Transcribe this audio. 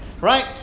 right